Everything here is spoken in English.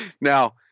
Now